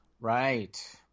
Right